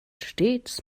stets